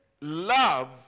love